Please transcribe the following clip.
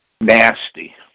nasty